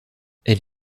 elle